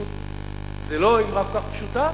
זה לא כל כך פשוט,